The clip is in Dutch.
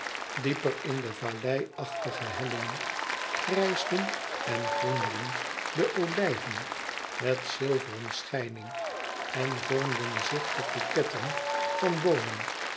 dieper in de vallei achtige hellingen grijsden en groenden de olijven met zilveren schijning en vormden zich tot boeketten van boomen